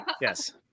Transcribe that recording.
Yes